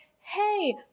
hey